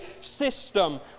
system